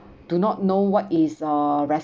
do not know what is uh